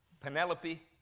Penelope